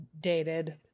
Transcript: dated